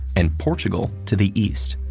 and portugal to the east.